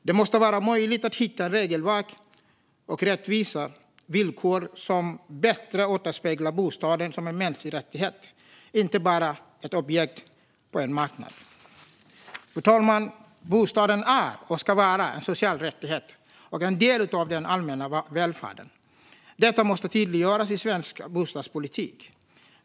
Det måste vara möjligt att hitta regelverk och rättvisa villkor som bättre återspeglar bostaden som en mänsklig rättighet och inte bara ett objekt på en marknad. Bostaden är, och ska vara, en social rättighet och en del av den allmänna välfärden. Detta måste tydliggöras i svensk bostadspolitik.